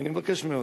אני מבקש מאוד.